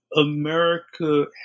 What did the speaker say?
America